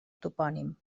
topònim